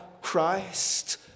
Christ